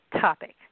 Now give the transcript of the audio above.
topic